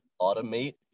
automate